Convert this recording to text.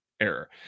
error